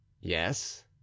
yes